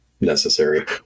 necessary